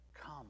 Come